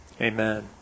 Amen